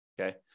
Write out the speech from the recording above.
okay